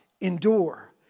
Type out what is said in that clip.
endure